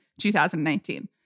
2019